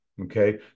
Okay